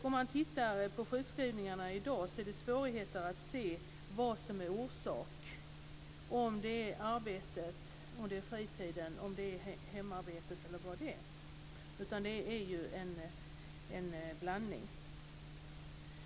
Om man tittar på sjukskrivningarna i dag är det svårt att se vad som är orsaken, om det är arbetet, fritiden, hemarbetet eller vad det är. Förmodligen är det en blandning.